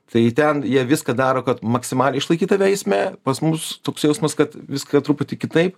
tai ten jie viską daro kad maksimaliai išlaikyt tave eisme pas mus toks jausmas kad viską truputį kitaip